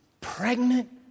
Pregnant